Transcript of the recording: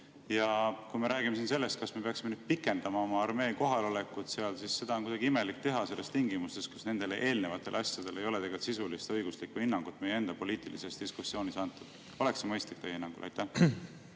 Ja kui me räägime siin sellest, kas me peaksime nüüd pikendama oma armee kohalolekut seal, siis seda on kuidagi imelik teha tingimustes, kus nendele eelnevatele asjadele ei ole sisulist õiguslikku hinnangut meie poliitilises diskussioonis antud. Oleks see mõistlik teie hinnangul? Aitäh!